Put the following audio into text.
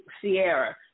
Sierra